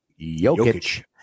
Jokic